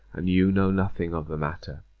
and you know nothing of the matter?